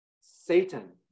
Satan